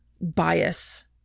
bias